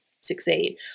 succeed